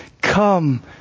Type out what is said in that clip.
Come